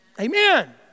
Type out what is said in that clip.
Amen